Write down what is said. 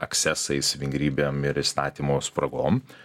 aksesais vingrybėm ir įstatymo spragom